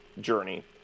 journey